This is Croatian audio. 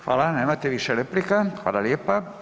Hvala, nemate više replika, hvala lijepa.